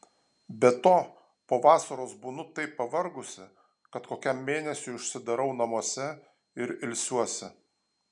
be to po vasaros būnu taip pavargusi kad kokiam mėnesiui užsidarau namuose ir ilsiuosi